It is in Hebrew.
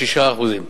6%;